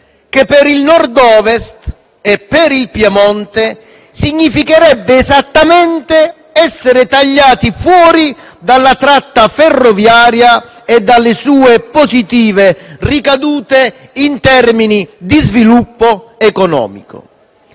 che per il Nord Ovest e per il Piemonte significherebbe esattamente essere tagliati fuori dalla tratta ferroviaria e dalle sue positive ricadute in termini di sviluppo economico.